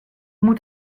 moet